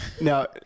Now